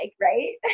right